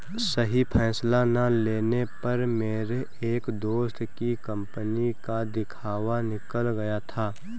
सही फैसला ना लेने पर मेरे एक दोस्त की कंपनी का दिवाला निकल गया था